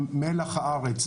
הם מלח הארץ.